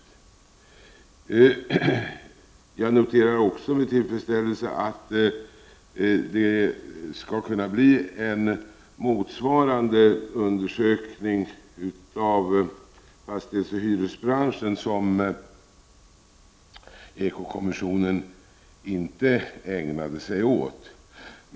Jag noterar också med tillfredsställelse att det nu skall bli en motsvarande undersökning av fastighetsoch hyresbranschen, som eko-kommissionen inte ägnade sig åt.